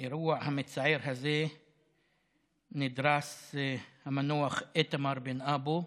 באירוע המצער הזה נדרס המנוח איתמר בן אבו.